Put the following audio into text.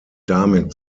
damit